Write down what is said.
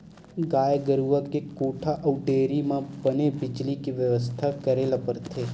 गाय गरूवा के कोठा अउ डेयरी म बने बिजली के बेवस्था करे ल परथे